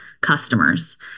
customers